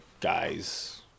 guy's